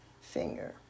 finger